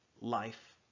life